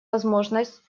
возможность